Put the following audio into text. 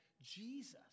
Jesus